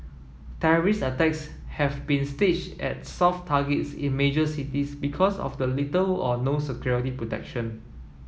terrorist attacks have been staged at soft targets in major cities because of the little or no security protection